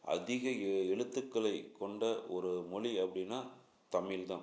அதிக எ எழுத்துக்களைக் கொண்ட ஒரு மொழி அப்படின்னா தமிழ் தான்